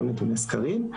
לא נתוני סקרים.